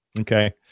Okay